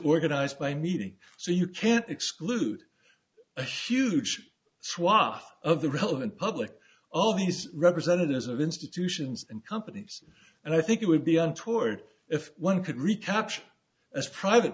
organized by meeting so you can exclude a huge swath of the relevant public all these representatives of institutions and companies and i think it would be untoward if one could recapture as private